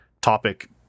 topic